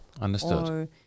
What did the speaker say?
Understood